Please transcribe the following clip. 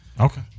Okay